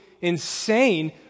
insane